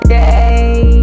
day